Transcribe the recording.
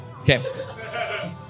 Okay